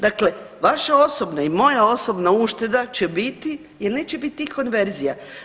Dakle, vaša osobna i moja osobna ušteda će biti jer neće biti tih konverzija.